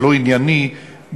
הלא-ענייני,